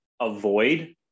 avoid